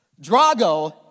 Drago